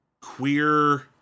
queer